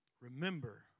Remember